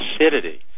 acidity